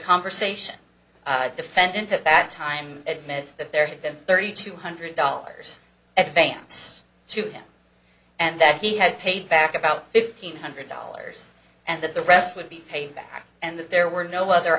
conversation defendant to back time admits that there had been thirty two hundred dollars advance to him and that he had paid back about fifteen hundred dollars and that the rest would be paid back and that there were no other